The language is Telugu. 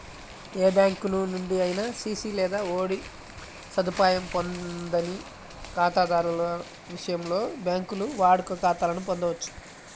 ఏ బ్యాంకు నుండి అయినా సిసి లేదా ఓడి సదుపాయం పొందని ఖాతాదారుల విషయంలో, బ్యాంకులు వాడుక ఖాతాలను పొందొచ్చు